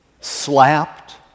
slapped